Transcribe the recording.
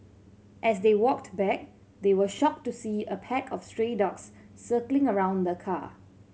as they walked back they were shocked to see a pack of stray dogs circling around the car